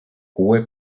hohe